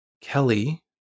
Kelly